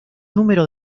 número